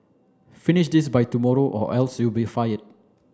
finish this by tomorrow or else you'll be fired